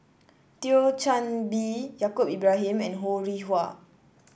Thio Chan Bee Yaacob Ibrahim and Ho Rih Hwa